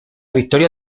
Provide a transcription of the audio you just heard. victoria